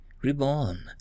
reborn